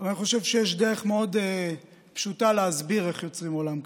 ואני חושב שיש דרך מאוד פשוטה להסביר איך יוצרים עולם כזה.